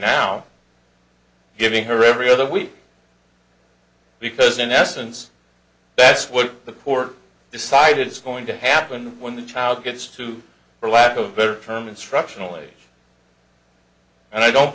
now giving her every other week because in essence that's what the court decided it's going to happen when the child gets to for lack of a better term instructional age and i don't